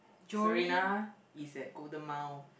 Serena is at Golden Mile